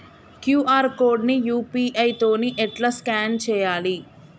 QR code ని UPI తోని ఎట్లా స్కాన్ చేయాలి?